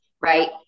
right